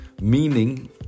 Meaning